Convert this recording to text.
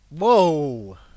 Whoa